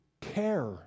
care